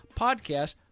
podcast